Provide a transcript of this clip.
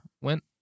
went